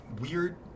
weird